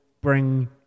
bring